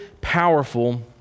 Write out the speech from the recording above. powerful